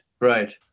right